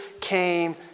came